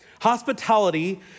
Hospitality